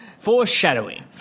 Foreshadowing